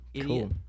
Cool